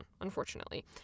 unfortunately